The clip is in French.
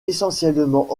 essentiellement